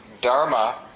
Dharma